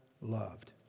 loved